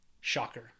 Shocker